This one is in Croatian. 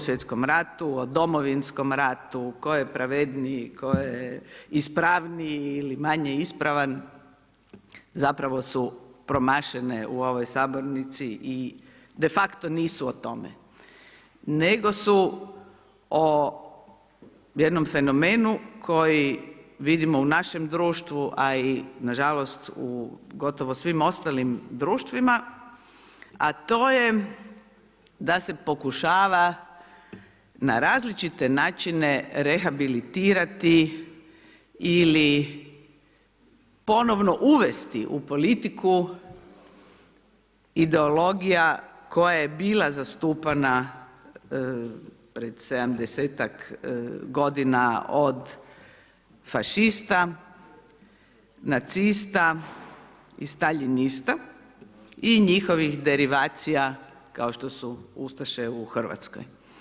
Sv. ratu, o Domovinskom ratu, tko je pravedniji, tko je ispravniji ili manje ispravan, zapravo su promašene u ovoj sabornici i de facto nisu o tome, nego su o jednom fenomenu, koji vidimo u našem društvu, a i na žalost u gotovo svim ostalim društvima, a to je da se pokušava na različite načine rehabilitirati ili ponovno uvesti u politiku ideologija koja je bila zastupana pred sedamdesetak godina od fašista, nacista i staljinista i njihovih derivacija, kao što su ustaše u Hrvatskoj.